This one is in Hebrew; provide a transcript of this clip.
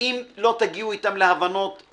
אם לא תגיעו איתם להבנות.